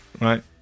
right